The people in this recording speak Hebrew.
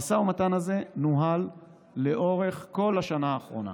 המשא ומתן הזה נוהל לאורך כל השנה האחרונה.